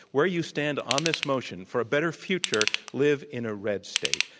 where you stand on this motion for a better future live in a red state.